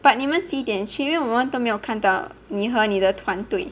but 你们几点去因为我们都没有看到你和你的团队